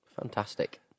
Fantastic